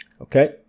Okay